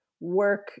work